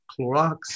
Clorox